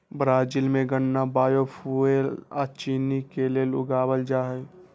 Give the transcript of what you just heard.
Brazil में गन्ना biofuel आ चिन्नी के लेल उगाएल जाई छई